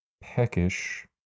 peckish